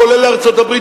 כולל ארצות-הברית,